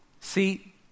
See